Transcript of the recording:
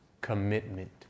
commitment